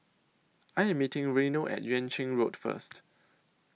I Am meeting Reino At Yuan Ching Road First